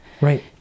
Right